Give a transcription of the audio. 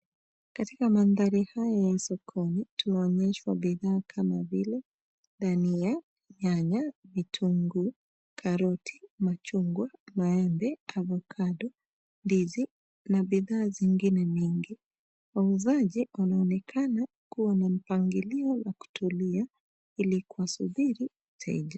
Katika maandari haya ya sokoni tunaonyeshwa bidhaa kama vile dania, nyanya, vitunguu, karoti, machungwa, maembe , avakado ndizi na bidhaa zingine mingi. Wauzaji wanaonekana kuwa na mpangilio la kutulia ili kusubiri wateja.